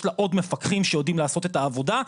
לה עוד מפקחים שיודעים לעשות את העבודה,